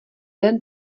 den